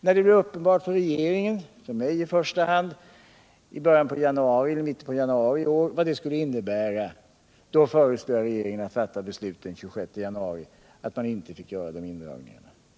När det blev uppenbart för regeringen — för mig i första hand — i mitten på januari i år vad det skulle innebära, föreslog jag regeringen att fatta beslut den 26 januari att man ändå fick göra indragningen.